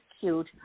cute